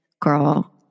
girl